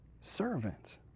servant